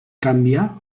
canvià